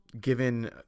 given